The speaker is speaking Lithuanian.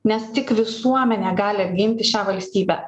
nes tik visuomenė gali apginti šią valstybę